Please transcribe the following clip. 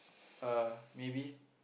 uh maybe